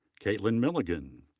katelyn milligan,